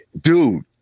Dude